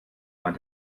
man